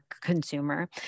consumer